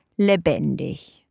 lebendig